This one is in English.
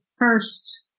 first